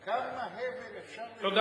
כמה הבל אפשר, תודה.